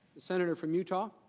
the senator from yeah ah